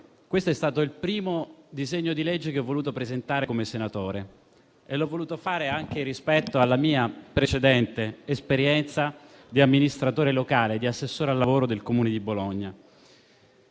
questo è stato il primo disegno di legge che ho voluto presentare come senatore e l'ho voluto fare anche simbolicamente, rispetto alla mia precedente esperienza di amministratore locale come assessore al lavoro del Comune di Bologna.